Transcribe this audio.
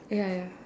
ya ya